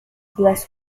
blessed